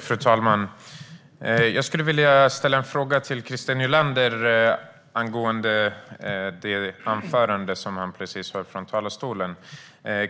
Fru talman! Jag vill ställa en fråga till Christer Nylander angående det anförande som han precis höll från talarstolen.